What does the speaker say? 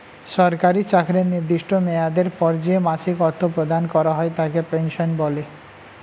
সরকারি চাকরির নির্দিষ্ট মেয়াদের পর যে মাসিক অর্থ প্রদান করা হয় তাকে পেনশন বলে